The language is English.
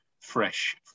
fresh